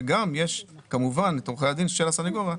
וגם כמובן שיש את עורכי הדין של הסנגוריה,